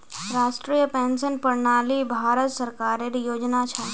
राष्ट्रीय पेंशन प्रणाली भारत सरकारेर योजना छ